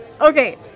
okay